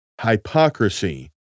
hypocrisy